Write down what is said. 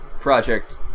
project